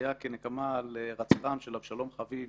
הוא היה כנקמה על הירצחם של אבשלום חביב,